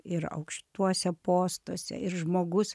ir aukštuose postuose ir žmogus